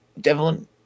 Devlin